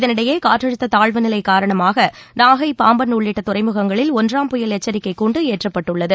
இதனிடையே காற்றழுத்த தாழ்வு நிலை காரணமாக நாகை பாம்பன் உள்ளிட்ட துறைமுகங்களில் ஒன்றாம் புயல் எச்சரிக்கை கூண்டு ஏற்றப்பட்டுள்ளது